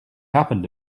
happened